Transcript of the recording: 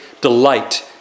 delight